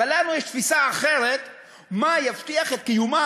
אבל לנו יש תפיסה אחרת של מה יבטיח את קיומה